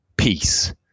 Peace